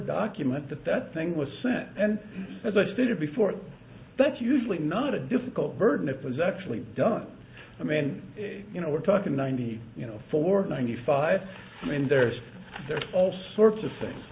document that that thing was sent and as i stated before that's usually not a difficult burden it was actually done i mean you know we're talking ninety four ninety five i mean there's there's all sorts of things